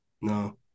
No